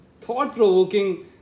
thought-provoking